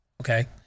Okay